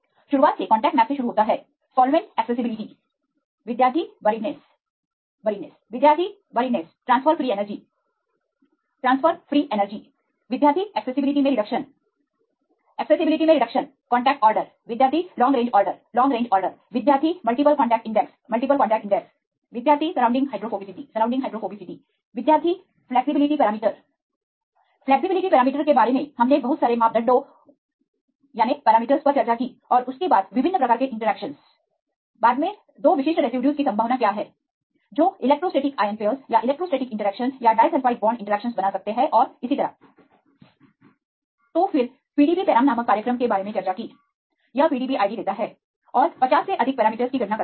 शुरुआत से contact map से शुरू होता है सॉल्वेंट एक्सेसिबिलिटी विद्यार्थी बरीडनेस बरीडनेस विद्यार्थी buriedness transfer free energy transfer free energy विद्यार्थी एक्सेसिबिलिटी मे रिडक्शन एक्सेसिबिलिटी मे रिडक्शन कांटेक्ट ऑर्डर विद्यार्थी long range order long range order विद्यार्थी multiple contact index multiple contact index विद्यार्थी सराउंडिंग हाइड्रोफोबिसिटी सराउंडिंग हाइड्रोफोबिसिटी विद्यार्थी flexibility parameter flexibility parameter के बारे में हमने बहुत सारे मापदडों पैरामीटरसपर चर्चा की और उसके बाद विभिन्न प्रकार के इंटरैक्शनस बादमे 2 विशिष्ट रेसिड्यूज की संभावना क्या है जो इलेक्ट्रोस्टैटिक आयन पेअरस या इलेक्ट्रोस्टैटिक इंटरैक्शन या disulphide bond cation pi interaction बना सकते हैं और इसी तरह तो फिर PDB पेरlम नामक कार्यक्रम के बारे में चर्चा की यह PDB id लेता है और 50 से अधिक पैरामीटर्स की गणना करता है